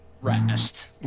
rest